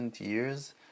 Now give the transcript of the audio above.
years